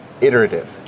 iterative